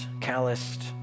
calloused